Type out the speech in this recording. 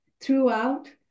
throughout